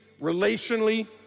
relationally